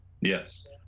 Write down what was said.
Yes